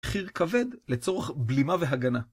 חיר כבד לצורך בלימה והגנה.